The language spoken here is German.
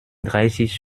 dreißig